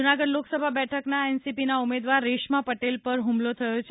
જૂનાગઢ લોકસભા બેઠકના એનસીપીના ઉમેદવાર રેશમા પટેલ પર હુમલો થયો છે